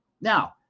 Now